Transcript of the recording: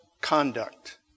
conduct